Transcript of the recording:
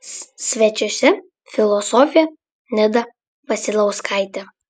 svečiuose filosofė nida vasiliauskaitė